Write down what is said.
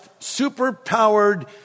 superpowered